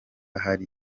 ari